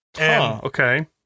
okay